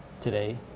today